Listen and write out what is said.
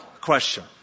question